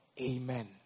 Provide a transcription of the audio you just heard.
Amen